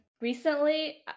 recently